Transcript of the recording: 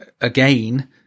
again